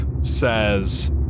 says